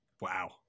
Wow